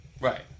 Right